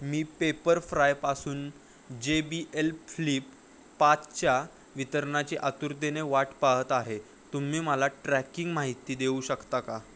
मी पेपरफ्रायपासून J B L Flip पाचच्या वितरणाची आतुरतेने वाट पाहत आहे तुम्ही मला ट्रॅकिंग माहिती देऊ शकता का